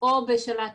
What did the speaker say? או בשלט